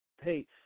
hey